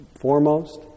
foremost